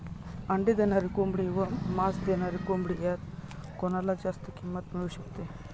अंडी देणारी कोंबडी व मांस देणारी कोंबडी यात कोणाला जास्त किंमत मिळू शकते?